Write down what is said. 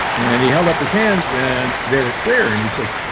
and he held up his hands and they were clear and he says,